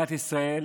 מדינת ישראל